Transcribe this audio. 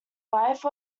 wife